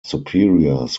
superiors